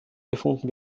gefunden